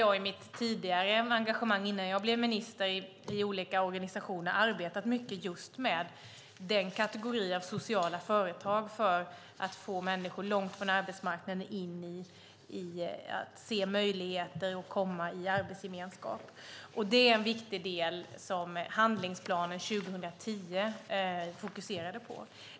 I mitt tidigare engagemang, innan jag blev minister, har jag i olika organisationer arbetat mycket med den kategorin av sociala företag för att få människor som befinner sig långt från arbetsmarknaden att se möjligheter och få en arbetsgemenskap. Det är en viktig del som handlingsplanen 2010 fokuserade på.